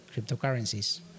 cryptocurrencies